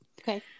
okay